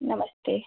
नमस्ते